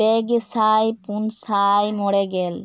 ᱯᱮ ᱜᱮᱥᱟᱭ ᱯᱩᱱ ᱥᱟᱭ ᱢᱚᱬᱮ ᱜᱮᱞ